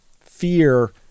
Fear